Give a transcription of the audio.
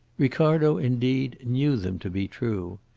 ricardo, indeed, knew them to be true.